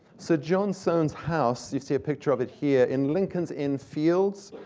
so john soane's house you see a picture of it here in lincoln's inn fields,